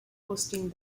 hosting